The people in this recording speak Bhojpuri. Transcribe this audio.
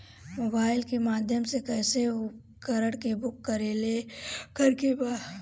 मोबाइल के माध्यम से कैसे उपकरण के बुक करेके बा?